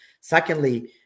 Secondly